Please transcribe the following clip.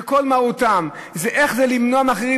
שכל מהותם זה איך למנוע מאחרים,